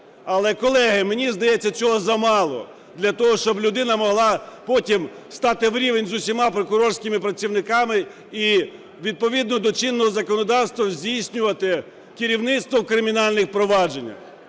Але, колеги, мені здається, цього замало для того, щоб людина могла потім стати в рівень з усіма прокурорськими працівниками і відповідно до чинного законодавства здійснювати керівництво в кримінальних провадженнях.